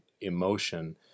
emotion